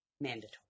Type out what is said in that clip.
mandatory